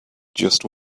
just